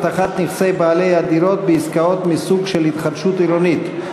הבטחת נכסי בעלי הדירות בעסקאות מסוג של התחדשות עירונית),